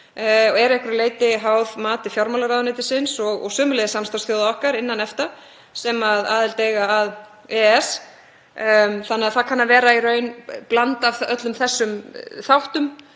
Það er einhverju leyti háð mati fjármálaráðuneytisins og sömuleiðis samstarfsþjóða okkar innan EFTA sem aðild eiga að EES. Það kann að vera í raun blanda af öllum þessum þáttum